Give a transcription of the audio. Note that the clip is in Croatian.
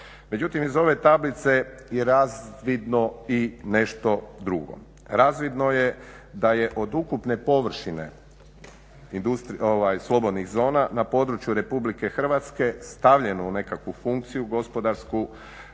Međutim, iz ove tablice je razvidno i nešto drugo. Razvidno je da je od ukupne površine slobodnih zona na području RH stavljeno u nekakvu funkciju gospodarsku